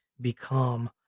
become